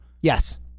Yes